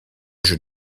jeu